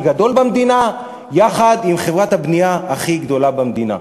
גדול במדינה יחד עם חברת הבנייה הכי גדולה במדינה.